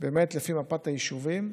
לפי מפת היישובים,